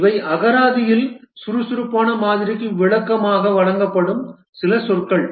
இவை அகராதியில் சுறுசுறுப்பான மாதிரிக்கு விளக்கமாக வழங்கப்படும் சில சொற்கள்